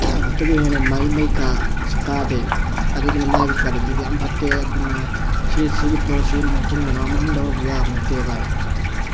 ꯃꯩ ꯀꯥꯁꯤ ꯀꯥꯗꯦꯕ ꯑꯗꯨꯗꯨꯅ ꯃꯥꯒꯤ ꯀ꯭ꯋꯥꯂꯤꯇꯤꯁꯦ ꯌꯥꯝ ꯐꯠꯇꯦ ꯑꯗꯨꯅ ꯁꯤ ꯁꯤꯒꯤ ꯄꯣꯠ ꯑꯁꯤ ꯃꯇꯨꯡ ꯃꯅꯥꯎ ꯑꯃꯨꯛ ꯍꯟꯅ ꯂꯧꯔꯨꯕ ꯌꯥꯕ ꯅꯠꯇꯦ ꯕꯥꯏ